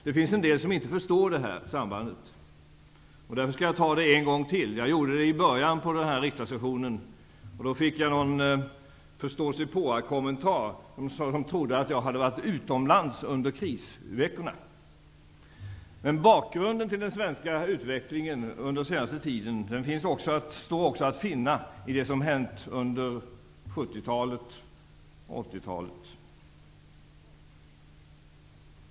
Det finns en del som inte förstår detta samband. Därför skall jag redogöra för det en gång till. Jag gjorde det i början av denna riksdagssession. Då fick jag en förståsigpåarkommentar om att man trodde att jag hade varit utomlands under krisveckorna. Men bakgrunden till den svenska utvecklingen under den senaste tiden står att finna även i det som hände under 70 och 80-talen.